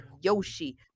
Yoshi